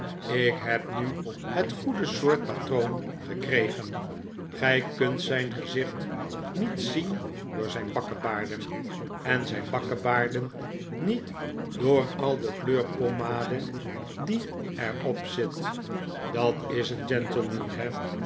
ik heb nu het goede soort patroon gekregen gij kunt zijn gezicht niet zien door zijn bakkebaarden en zijn bakkebaarden niet door al de kleurpommade die er op zit dat is een gentleman he